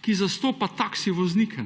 ki zastopa taksi voznike.